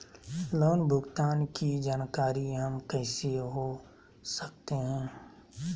Loan भुगतान की जानकारी हम कैसे हो सकते हैं?